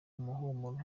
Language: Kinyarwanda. umuhumuro